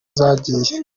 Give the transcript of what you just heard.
zagiye